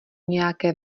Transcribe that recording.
nějaké